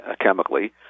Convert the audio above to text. chemically